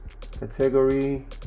Category